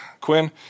Quinn